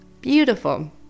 Beautiful